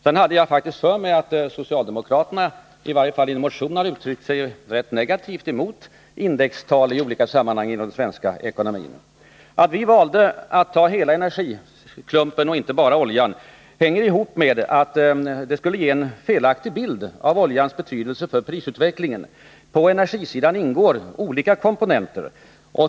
Sedan hade jag faktiskt för mig att socialdemokraterna i varje fall i en motion har uttryckt sig mycket negativt om indexering i olika sammanhang i den svenska ekonomin. Att vi valde att ta hela energiklumpen och inte bara oljan hänger ihop med att det senare skulle ge en felaktig bild av oljans betydelse för prisutvecklingen. På energisidan ingår olika komponenter.